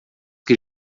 que